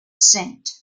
saint